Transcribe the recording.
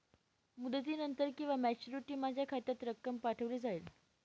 मुदतीनंतर किंवा मॅच्युरिटी माझ्या खात्यात रक्कम पाठवली जाईल का?